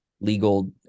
legal